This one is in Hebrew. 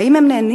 האם הם נהנים,